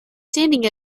standing